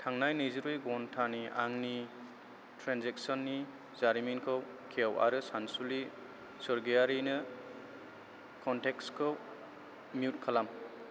थांनाय नैजिब्रै घन्टानि आंनि ट्रेन्जेकसननि जारिमिनखौ खेव आरो सानसुलि सोरगियारिनो कनटेक्टसखौ मिउट खालाम